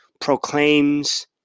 proclaims